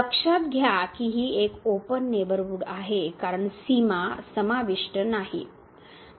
लक्षात घ्या की ही एक ओपन नेबरहूड आहे कारण सीमा समाविष्ट नाही